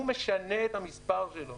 הוא משנה את המספר שלו.